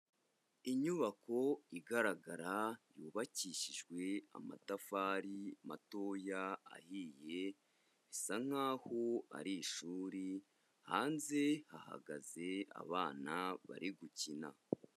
Inyubako igaragara yubakishijwe amatafari matoya ahiye, isa nk'aho ari ishuri, hanze hahagaze abana bari gukina.